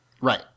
Right